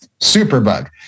superbug